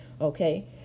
Okay